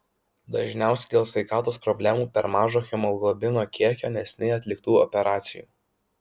dažniausiai dėl sveikatos problemų per mažo hemoglobino kiekio neseniai atliktų operacijų